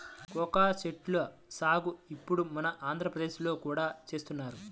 cocoa చెట్ల సాగు ఇప్పుడు మన ఆంధ్రప్రదేశ్ లో కూడా చేస్తున్నారు